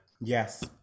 Yes